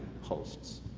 hosts